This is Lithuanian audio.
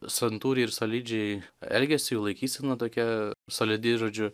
santūriai ir solidžiai elgėsi jų laikysena tokia solidi žodžiu